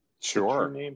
Sure